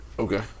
Okay